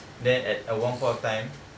then at uh one point of time